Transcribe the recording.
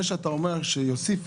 זה שאתה אומר שיוסיפו